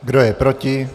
Kdo je proti?